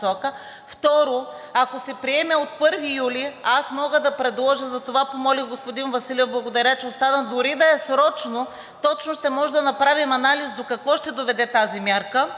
Второ, ако се приеме от 1 юли, аз мога да предложа и затова помолих господин Василев – благодаря, че останахте, дори да е срочно, точно ще можем да направим анализ до какво ще доведе тази мярка.